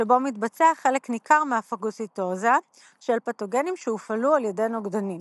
שבו מתבצע חלק ניכר מהפגוציטוזה של פתוגנים שהופעלו על ידי נוגדנים.